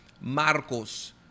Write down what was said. Marcos